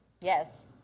Yes